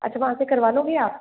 अच्छा वहाँ से करवा लोगे आप